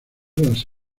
las